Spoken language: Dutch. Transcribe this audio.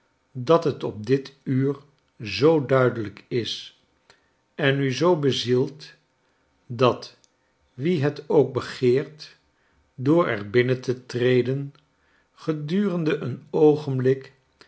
dat het op dit uur zoo duidelijk is en u zoo bezielt dat wie het ook begeert door er binnen te treden gedurende een oogenblik